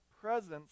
presence